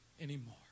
anymore